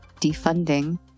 defunding